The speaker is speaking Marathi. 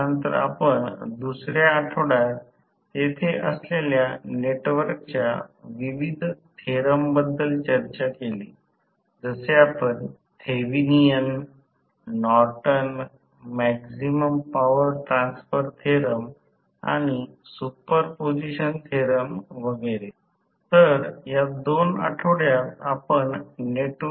तर समीकरण 41वरून असे लक्षात येते की टॉर्क स्लिप यांचा संबंध कमी स्लिप च्या प्रदेशात जवळजवळ रेषात्मक असतो आणि जेव्हा स्लिप खूपच अल्प असतो